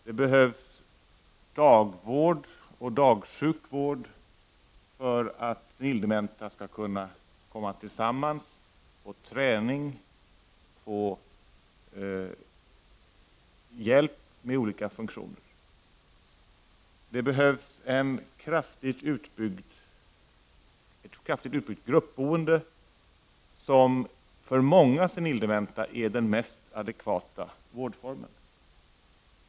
Det behövs dagvård och dagsjukvård för att senildementa skall kunna komma tillsammans och få träning och hjälp med olika funktioner. Det behövs ett kraftigt utbyggt gruppboende, som för många senildementa är den mest adekvata vårdformen.